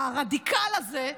לרדיקל הזה,